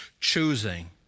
choosing